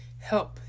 help